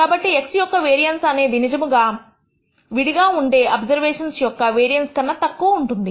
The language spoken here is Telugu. కాబట్టి x̅ యొక్క వేరియన్స్ అనేది నిజముగా విడిగా ఉండే అబ్జర్వేషన్స్ యొక్క వేరియన్స్ కన్నా తక్కువ ఉంటుంది